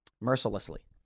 Mercilessly